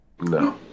No